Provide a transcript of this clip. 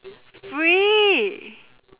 free